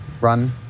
run